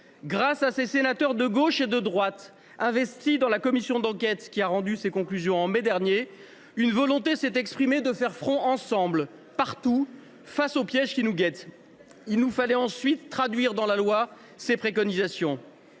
Grâce à ces sénateurs de gauche et de droite investis dans la commission d’enquête, qui a rendu ses conclusions en mai dernier, une volonté s’est exprimée de faire front ensemble, partout, face au piège qui nous guette. Il nous fallait ensuite traduire dans la loi ces préconisations.